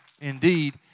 Indeed